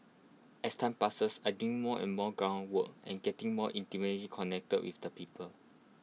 as time passes I doing more and more ground work and getting more intimately connected with the people